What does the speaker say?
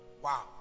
Wow